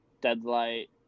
deadlight